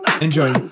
Enjoy